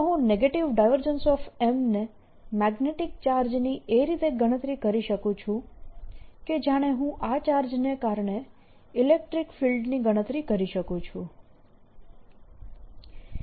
M ને magnetic ચાર્જની એ રીતે ગણતરી કરી શકું કે જાણે હું આ ચાર્જને કારણે ઇલેક્ટ્રીક ફિલ્ડની ગણતરી કરી શકું છું